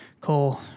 cole